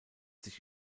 sich